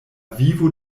vivo